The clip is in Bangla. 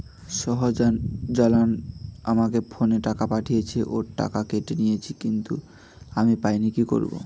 শাহ্জালাল আমাকে ফোনে টাকা পাঠিয়েছে, ওর টাকা কেটে নিয়েছে কিন্তু আমি পাইনি, কি করব?